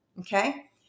okay